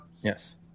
Yes